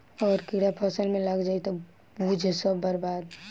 अगर कीड़ा फसल में लाग गईल त बुझ सब बर्बाद